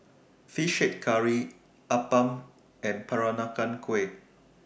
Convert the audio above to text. Fish Head Curry Appam and Peranakan Kueh